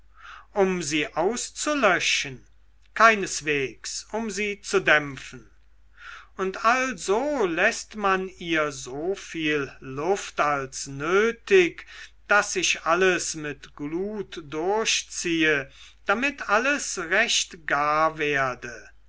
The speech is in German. um sie auszulöschen keineswegs um sie zu dämpfen und also läßt man ihr so viel luft als nötig daß sich alles mit glut durchziehe damit alles recht gar werde